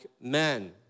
men